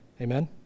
Amen